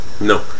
No